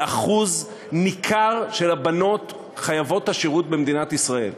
הוא נוגע לאחוז ניכר של הבנות חייבות השירות במדינת ישראל.